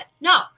No